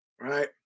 Right